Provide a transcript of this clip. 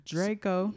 Draco